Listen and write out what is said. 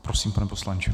Prosím, pane poslanče.